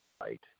Right